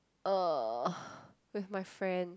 uh with my friend